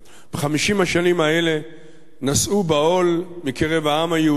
ב-50 השנים האלה נשאו בעול מקרב העם היהודי,